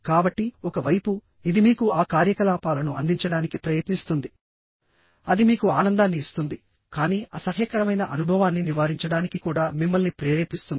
కాబట్టి ఒక వైపు ఇది మీకు ఆ కార్యకలాపాలను అందించడానికి ప్రయత్నిస్తుంది అది మీకు ఆనందాన్ని ఇస్తుంది కానీ అసహ్యకరమైన అనుభవాన్ని నివారించడానికి కూడా మిమ్మల్ని ప్రేరేపిస్తుంది